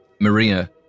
Maria